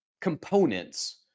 components